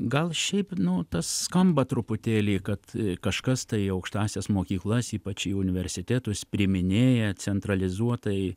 gal šiaip nu tas skamba truputėlį kad kažkas tai aukštąsias mokyklas ypač į universitetus priiminėja centralizuotai